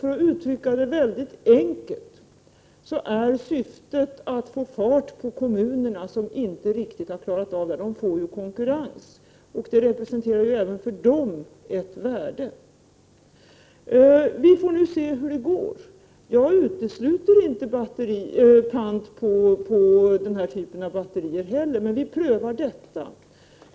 För att uttrycka det mycket enkelt är syftet att få fart på kommunerna, som inte riktigt har klarat av detta. Nu får de konkurrens. Det representerar ett värde även för dem. Vi får se hur det går. Jag utesluter inte pant på denna typ av batterier.